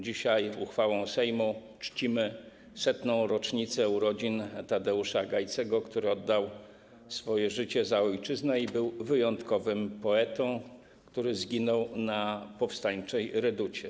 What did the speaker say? Dzisiaj uchwałą Sejmu czcimy 100. rocznicę urodzin Tadeusza Gajcego, który oddał swoje życie za ojczyznę i był wyjątkowym poetą, który zginął na powstańczej reducie.